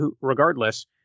regardless